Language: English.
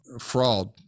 fraud